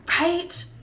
Right